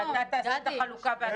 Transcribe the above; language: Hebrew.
זה מחיר המלחמה, לפעמים יותר, לפעמים פחות.